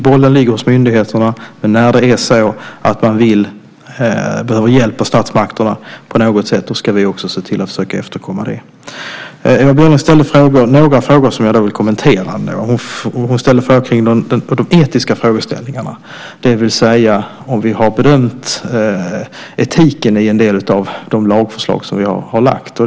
Bollen ligger hos myndigheterna, men när man behöver hjälp av statsmakterna på något sätt ska vi se till att försöka efterkomma det. Det är några frågor som jag vill kommentera. Ewa Björling ställde en fråga om de etiska frågeställningarna, det vill säga om vi har bedömt etiken i en del av de lagförslag som vi har lagt fram.